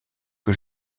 que